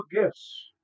gifts